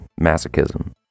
masochism